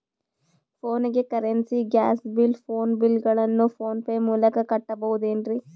ಫೋನಿಗೆ currency, gas bill, phone bill ಗಳನ್ನು PhonePe ಮೂಲಕ ಕಟ್ಟಬಹುದೇನ್ರಿ?